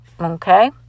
okay